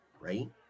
right